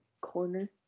corner